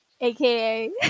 aka